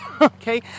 okay